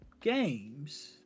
games